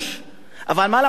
אבל מה לעשות, אדוני היושב-ראש?